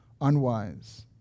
unwise